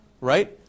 Right